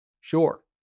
Sure